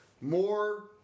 more